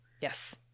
yes